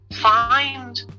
find